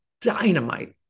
dynamite